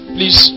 Please